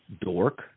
dork